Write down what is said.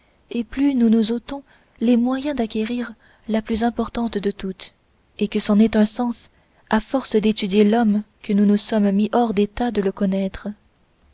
et plus nous nous ôtons les moyens d'acquérir la plus importante de toutes et que c'est en un sens à force d'étudier l'homme que nous nous sommes mis hors d'état de le connaître